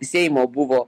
seimo buvo